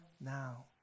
now